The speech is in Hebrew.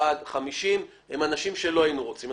5, 1, 50 הם אנשים שלא היינו רוצים.